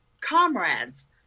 comrades